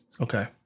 Okay